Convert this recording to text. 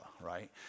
right